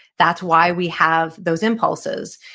that's why we have those impulses.